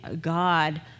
God